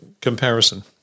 comparison